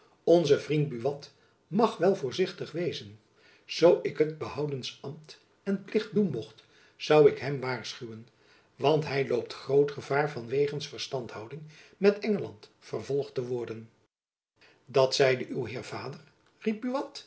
onze vriend buat mag wel voorzigtig wezen zoo ik het behoudends ambt en plicht doen mocht zoû ik hem waarschuwen want hy loopt groot gevaar van wegens verstandhouding met engeland vervolgd te worden dat zeide uw heer vader